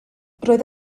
roedd